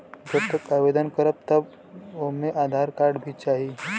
जब हम आवेदन करब त ओमे आधार कार्ड भी चाही?